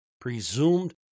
presumed